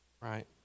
right